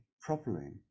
properly